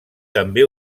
també